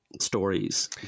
stories